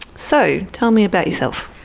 so tell me about yourself?